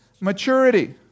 Maturity